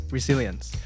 Resilience